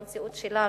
במציאות שלנו,